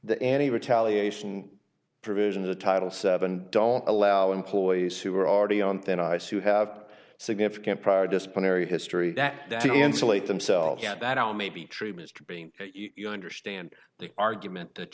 the any retaliation provision of the title seven don't allow employees who are already on thin ice who have significant prior disciplinary history that to insulate themselves that are maybe treatments to bring you understand the argument that